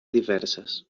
diverses